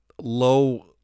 low